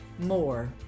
more